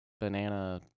Banana